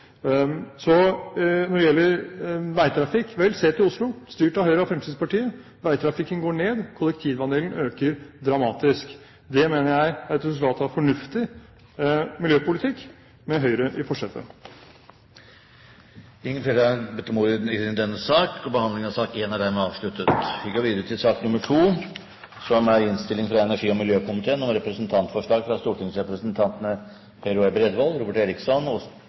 så mye skog i Norge som det Børge Brende gjorde da han var miljøvernminister. Når det gjelder veitrafikk, vel, se til Oslo, styrt av Høyre og Fremskrittspartiet: Veitrafikken går ned, kollektivandelen øker dramatisk. Det mener jeg er et resultat av fornuftig miljøpolitikk med Høyre i forsetet. Flere har ikke bedt om ordet til sak nr. 1. Etter ønske fra energi- og miljøkomiteen